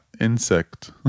insect